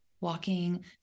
walking